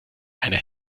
eine